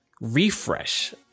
refresh